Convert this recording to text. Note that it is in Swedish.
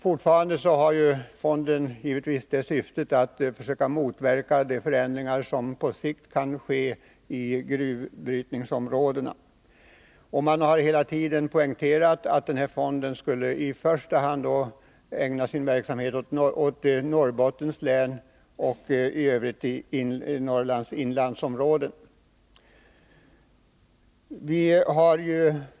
Fortfarande har fonden givetvis till syfte att försöka åstadkomma ett mer differentierat näringsliv i gruvbrytningsområdena, och det har hela tiden poängterats att fonden skulle i första hand ägna sin verksamhet åt Norrbottens län och i övrigt åt Norrlands inlandsområden.